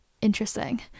interesting